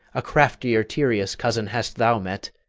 a craftier tereus, cousin, hast thou met,